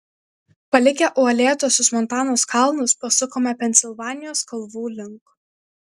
palikę uolėtuosius montanos kalnus pasukome pensilvanijos kalvų link